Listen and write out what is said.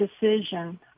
decision